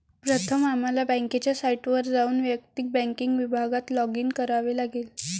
प्रथम आम्हाला बँकेच्या साइटवर जाऊन वैयक्तिक बँकिंग विभागात लॉगिन करावे लागेल